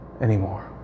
anymore